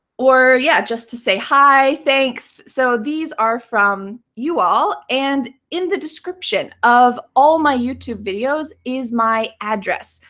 or, yeah, just to say hi, thanks. so these are from you all. and in the description of all my youtube videos is my address.